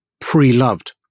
pre-loved